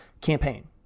campaign